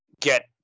get